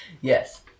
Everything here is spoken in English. Yes